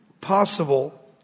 possible